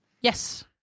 Yes